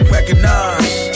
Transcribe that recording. Recognize